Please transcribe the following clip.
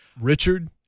Richard